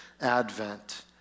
advent